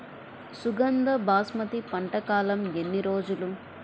సుగంధ బాస్మతి పంట కాలం ఎన్ని రోజులు?